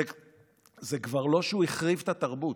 זה כבר לא שהוא החריב את התרבות,